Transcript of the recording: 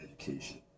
Education